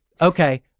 Okay